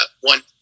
one